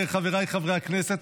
חבריי חברי הכנסת,